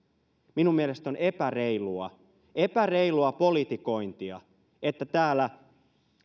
minun mielestäni on epäreilua epäreilua politikointia että täällä